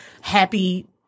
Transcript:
happy